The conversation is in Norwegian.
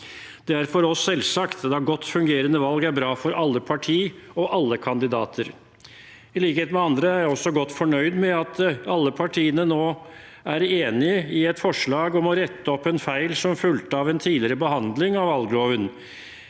Det er for oss selvsagt at et godt fungerende valg er bra for alle partier og alle kandidater. I likhet med andre er jeg godt fornøyd med at alle partiene nå er enige i et forslag om å rette opp en feil som fulgte av en tidligere behandling av valgloven.